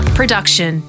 production